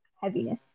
heaviness